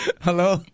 Hello